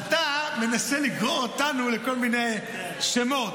אתה מנסה לגרור אותנו לכל מיני שמות.